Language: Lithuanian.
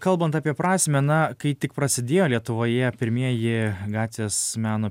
kalbant apie prasmę na kai tik prasidėjo lietuvoje pirmieji gatvės meno